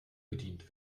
bedient